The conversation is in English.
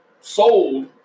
sold